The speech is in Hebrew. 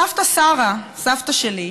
סבתא שרה, סבתא שלי,